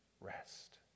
rest